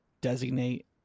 designate